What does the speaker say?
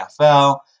NFL